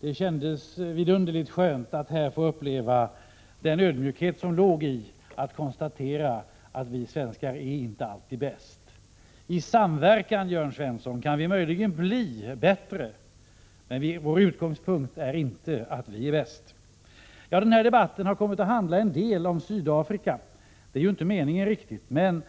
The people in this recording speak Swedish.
Det kändes vidunderligt skönt att här få uppleva den ödmjukhet som låg i att statsrådet konstaterade att vi svenskar inte alltid är bäst. I samverkan, Jörn Svensson, kan vi möjligen bli bättre. Men vår utgångspunkt är inte att vi är bäst. Debatten har kommit att handla en del om Sydafrika. Det är inte riktigt meningen.